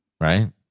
Right